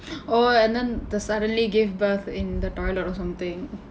oh and the suddenly gave birth in the toilet or something